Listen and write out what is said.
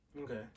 Okay